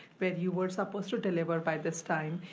where you were supposed to deliver by this time,